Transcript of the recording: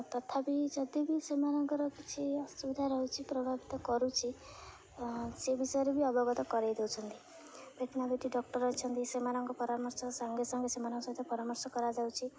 ଆଉ ତଥାପି ଯଦି ବି ସେମାନଙ୍କର କିଛି ଅସୁବିଧା ରହୁଛି ପ୍ରଭାବିତ କରୁଛି ସେ ବିଷୟରେ ବି ଅବଗତ କରାଇ ଦଉଛନ୍ତି ଭେଟନା ଭେଟି ଡକ୍ଟର ଅଛନ୍ତି ସେମାନଙ୍କ ପରାମର୍ଶ ସାଙ୍ଗେ ସାଙ୍ଗେ ସେମାନଙ୍କ ସହିତ ପରାମର୍ଶ କରାଯାଉଛି